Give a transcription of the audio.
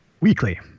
Weekly